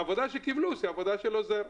העבודה שהם קיבלו הייתה עבודה של עוזר.